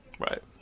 Right